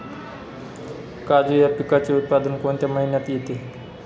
काजू या पिकाचे उत्पादन कोणत्या महिन्यात येते?